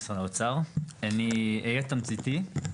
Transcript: משרד האוצר, בבקשה.